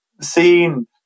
seen